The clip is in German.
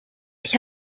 ich